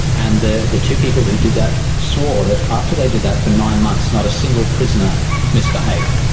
and the the two people who did that swore that after they did that for nine months, not a single prisoner misbehaved.